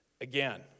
again